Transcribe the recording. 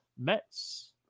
Mets